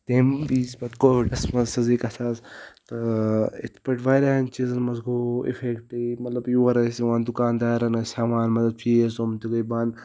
تَمہِ وِز پَتہٕ کووِڈَس منٛز سٕنٛزٕے کَتھاہ ٲس تہٕ اِتھ پٲٹھۍ واریاہَن چیٖزَن منٛز گوٚو اِفٮ۪کٹ مطلب یور ٲسۍ یِوان دُکاندارَن ٲسۍ ہٮ۪وان مطلب چیٖز تِم تہِ گٔے بنٛد